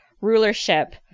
rulership